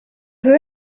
veux